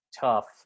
tough